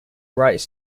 rights